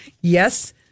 yes